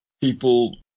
people